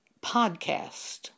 podcast